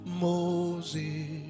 Moses